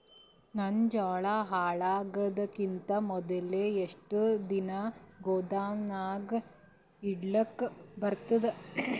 ನನ್ನ ಜೋಳಾ ಹಾಳಾಗದಕ್ಕಿಂತ ಮೊದಲೇ ಎಷ್ಟು ದಿನ ಗೊದಾಮನ್ಯಾಗ ಇಡಲಕ ಬರ್ತಾದ?